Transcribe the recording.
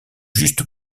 juste